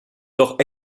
doch